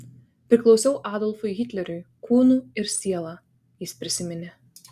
priklausiau adolfui hitleriui kūnu ir siela jis prisiminė